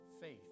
faith